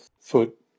foot